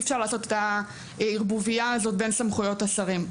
אפשר לעשות את הערבוביה הזאת בין סמכויות השרים.